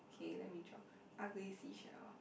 kay let me draw ugly seashell